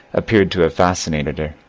appeared to have fascinated her.